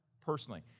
personally